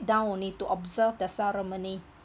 down only to observe the ceremony